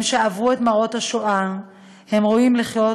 הם, שעברו את מוראות השואה ראויים לחיות